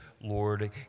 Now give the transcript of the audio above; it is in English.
Lord